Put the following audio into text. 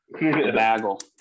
Bagel